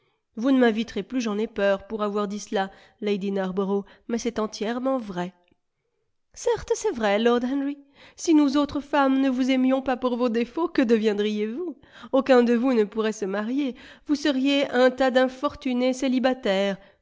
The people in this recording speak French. vous ne m'inviterez plus j'en ai peur pour avoir dit cela lady narborough mais c'est entièrement vrai certes c'est vrai lord henry si nous autres femmes ne vous aimions pas pour vos défauts que deviendriez-vous aucun de vous ne pourrait se marier vous seriez un tas d'infortunés